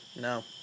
No